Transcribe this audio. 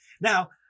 Now